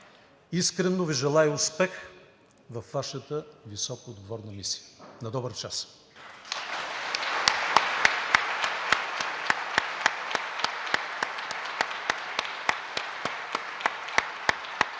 Искрено Ви желая успех във Вашата високоотговорна мисия. На добър час!